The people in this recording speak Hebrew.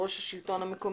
יושב-ראש השלטון המקומי.